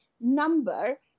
number